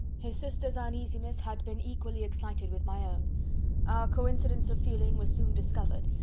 his sisters' uneasiness had been equally excited with my own our coincidence of feeling was soon discovered,